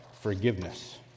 forgiveness